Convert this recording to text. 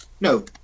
No